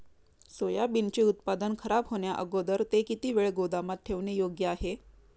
सोयाबीनचे उत्पादन खराब होण्याअगोदर ते किती वेळ गोदामात ठेवणे योग्य आहे?